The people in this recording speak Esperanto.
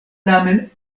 tamen